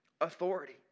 authority